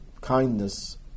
kindness